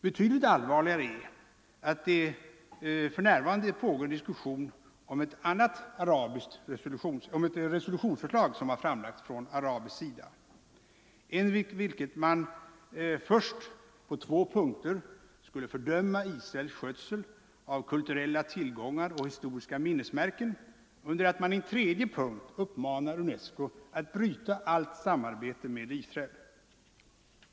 Betydligt allvarligare är att det för närvarande pågår diskussion om ett resolutionsförslag som har framlagts från arabisk sida. Enligt detta skall man först i två punkter fördöma Israels skötsel av kulturella tillgångar och historiska minnesmärken, under det att man i en tredje punkt uppmanar UNESCO att bryta allt samarbete med Israel.